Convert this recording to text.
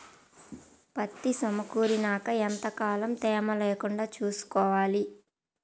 పత్తి సమకూరినాక ఎంత కాలం తేమ లేకుండా చూసుకోవాలి?